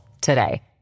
today